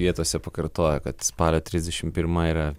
vietose pakartojo kad spalio trisdešim pirma yra